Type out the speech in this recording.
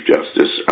Justice